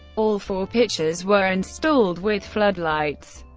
all four pitches were installed with floodlights,